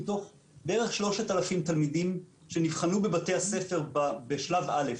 בערך 3,000 תלמידים שנבחנו בבתי הספר בשלב א'